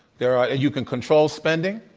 there are and you can control spending.